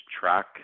track